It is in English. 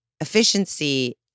efficiency